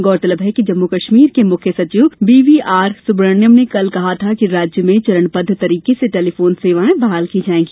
गौरतलब है कि जम्मू कश्मीर के मुख्य सचिव बी वी आर सुब्रमण्यम ने कल कहा था कि राज्य में चरणबद्ध तरिके से टेलिफोन सेवाए बहाल की जाएगी